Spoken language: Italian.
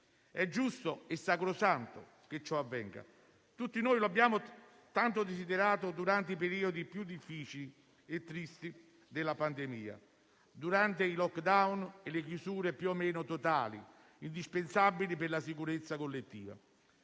È giusto e sacrosanto che ciò avvenga. Tutti noi lo abbiamo tanto desiderato durante i periodi più difficili e tristi della pandemia, durante i *lockdown* e le chiusure più o meno totali indispensabili per la sicurezza collettiva.